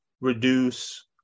reduce